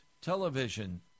television